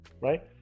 right